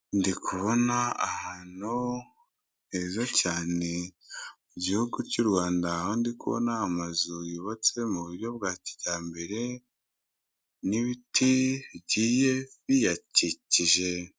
Ndikubona ahantu heza cyane mu gihugu cy'u Rwanda aho ndikubona amazu yubatse mu buryo bwa kijyambere n'ibiti bigiye biyakikije.